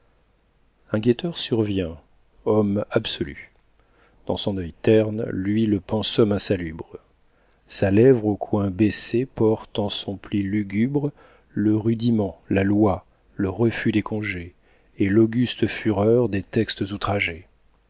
un guetteur survient homme absolu dans son œil terne luit le pensum insalubre sa lèvre aux coins baissés porte en son pli lugubre le rudiment la loi le refus des congés et l'auguste fureur des textes